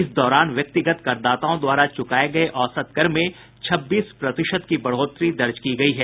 इस दौरान व्यक्तिगत करदाताओं द्वारा चुकाये गये औसत कर में छब्बीस प्रतिशत की बढोतरी दर्ज की गयी है